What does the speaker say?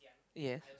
yes